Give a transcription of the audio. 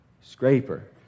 scraper